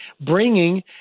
bringing